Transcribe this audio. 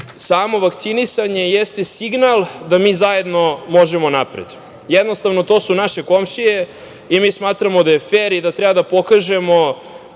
vakcinisanje jeste signal da mi zajedno možemo napred. Jednostavno, to su naše komšije i mi smatramo da je fer i da treba da pokažemo